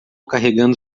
carregando